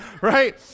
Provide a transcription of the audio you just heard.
Right